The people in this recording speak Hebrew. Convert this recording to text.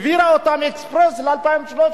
העבירה אותה אקספרס ל-2013.